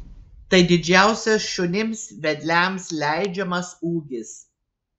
tai didžiausias šunims vedliams leidžiamas ūgis